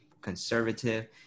conservative